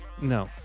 No